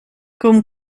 com